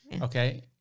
Okay